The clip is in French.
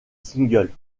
single